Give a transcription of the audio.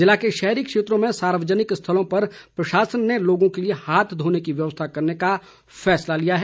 ज़िले के शहरी क्षेत्रों में सार्वजनिक स्थलों पर प्रशासन ने लोगों के लिए हाथ धोने की व्यवस्था करने का फैसला लिया है